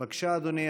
בבקשה, אדוני.